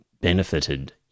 benefited